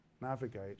navigate